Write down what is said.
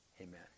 Amen